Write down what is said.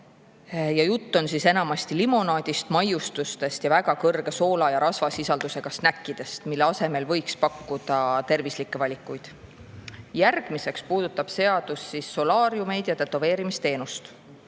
Jutt on enamasti limonaadist, maiustustest ja väga kõrge soola- ja rasvasisaldusega snäkkidest, mille asemel võiks pakkuda tervislikke valikuid. Järgmiseks puudutab seadus solaariumi- ja tätoveerimisteenust.